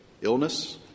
illness